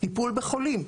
טיפול בחולים.